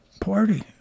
party